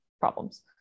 problems